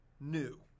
new